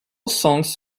songs